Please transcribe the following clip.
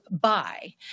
buy